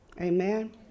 amen